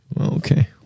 Okay